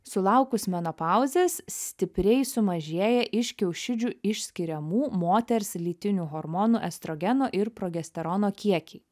sulaukus menopauzės stipriai sumažėja iš kiaušidžių išskiriamų moters lytinių hormonų estrogeno ir progesterono kiekiai